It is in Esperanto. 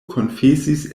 konfesis